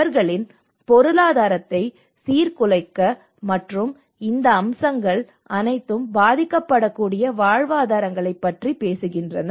அவர்களின் பொருளாதாரத்தை சீர்குலைக்க மற்றும் இந்த அம்சங்கள் அனைத்தும் பாதிக்கப்படக்கூடிய வாழ்வாதாரங்களைப் பற்றி பேசுகின்றன